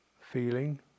feeling